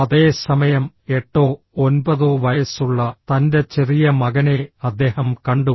അതേ സമയം എട്ടോ ഒൻപതോ വയസ്സുള്ള തൻ്റെ ചെറിയ മകനെ അദ്ദേഹം കണ്ടു